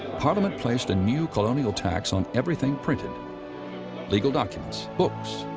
parliament placed a new colonial tax on everything printed legal documents, books,